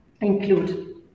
include